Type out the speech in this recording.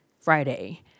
Friday